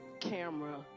camera